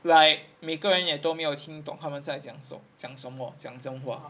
like 每个人也都没有听懂他们在讲讲什么讲真话 ah